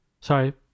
Sorry